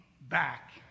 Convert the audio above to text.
back